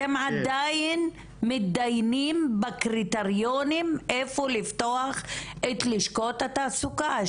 אתם עדיין מתדיינים בקריטריונים איפה לפתוח את לשכות התעסוקה,